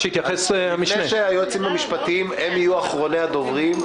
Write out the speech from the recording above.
היועצים המשפטיים יהיו אחרוני הדוברים.